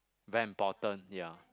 very important ya